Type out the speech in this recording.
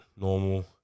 normal